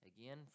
Again